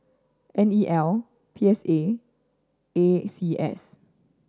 N E L P S A and A C S